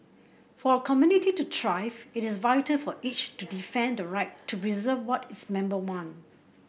for a community to thrive it is vital for each to defend the right to preserve what its member want